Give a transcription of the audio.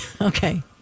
Okay